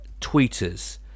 tweeters